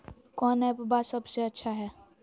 कौन एप्पबा सबसे अच्छा हय?